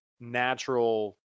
natural